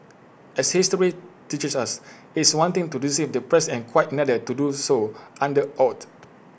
as history teaches us its one thing to deceive the press and quite another to do so under oath